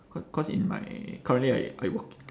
cau~ cause in my currently I I work